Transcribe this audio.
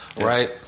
right